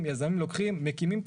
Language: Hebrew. מצליחים.